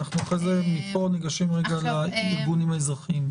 אחרי זה ניגש לארגונים האזרחיים.